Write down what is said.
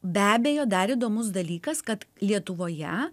be abejo dar įdomus dalykas kad lietuvoje